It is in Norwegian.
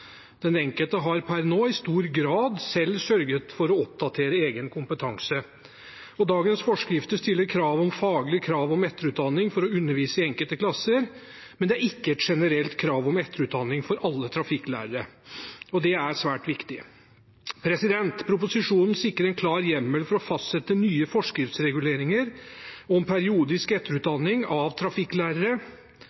Den enkelte har per nå i stor grad selv sørget for å oppdatere egen kompetanse. Dagens forskrifter stiller krav om faglig utvikling og krav om etterutdanning for å undervise i enkelte klasser, men det er ikke et generelt krav om etterutdanning for alle trafikklærere, og det er svært viktig. Proposisjonen sikrer en klar hjemmel for å fastsette nye forskriftsreguleringer om periodisk